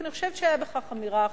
ואני חושבת שהיתה בכך אמירה חשובה.